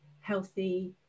healthy